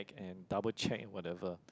and double check whatever